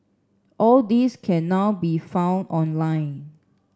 all these can now be found online